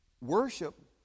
worship